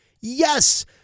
Yes